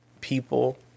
People